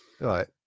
Right